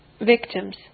victims